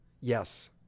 Yes